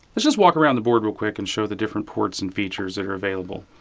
let's just walk around the board real quick and show the different ports and features that are available.